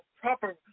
proper